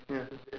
ya